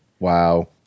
Wow